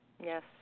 yes